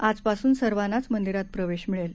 आजपासून सर्वांनाच मंदिरात प्रवेश मिळेल